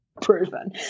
proven